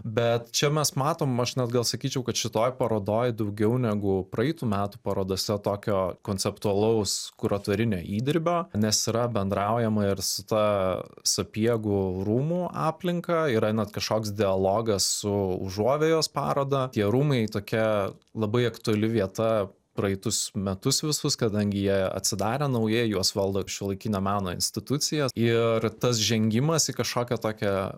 bet čia mes matom aš net gal sakyčiau kad šitoj parodoj daugiau negu praeitų metų parodose tokio konceptualaus kuratorinio įdirbio nes yra bendraujama ir su ta sapiegų rūmų aplinka yra net kažkoks dialogas su užuovėjos paroda tie rūmai tokia labai aktuali vieta praeitus metus visus kadangi jie atsidarė naujai juos valdo šiuolaikinio meno institucija ir tas žengimas į kažkokią tokią